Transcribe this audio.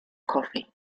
coffee